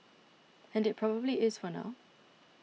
and it probably is for now